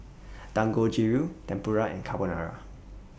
Dangojiru Tempura and Carbonara